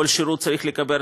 כל שירות שצריך לקבל,